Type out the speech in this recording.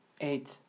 Eight